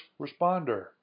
responder